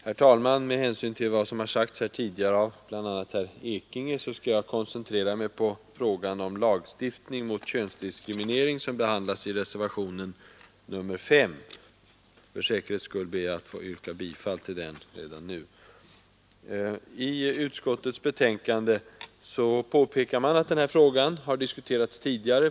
Herr talman! Med hänsyn till vad som sagts tidigare, bl.a. av herr Ekinge, skall jag koncentrera mig på frågan om lagstiftning mot könsdiskriminering, som behandlas i reservationen 5. För säkerhets skull ber jag att få yrka bifall till den redan nu. I utskottets betänkande påpekas att frågan har diskuterats tidigare.